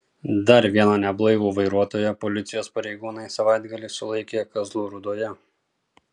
dar vieną neblaivų vairuotoją policijos pareigūnai savaitgalį sulaikė kazlų rūdoje